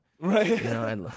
Right